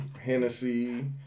Hennessy